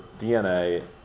DNA